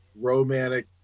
romantic